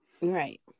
right